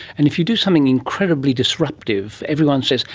and if you do something incredibly disruptive, everyone says,